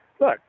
look